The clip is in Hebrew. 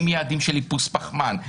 עם יעדים של איפוס פחמן,